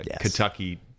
Kentucky